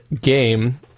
game